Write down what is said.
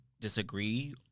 disagree